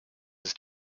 his